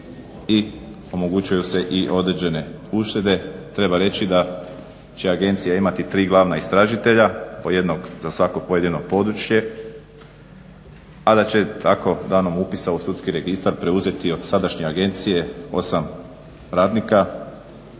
i omogućuju se i određene uštede. Treba reći da će agencija imati tri glavna istražitelja, po jednog za svako pojedino područje, a da će tako danom upisa u sudski registar preuzeti od sadašnje agencije osam radnika